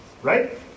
Right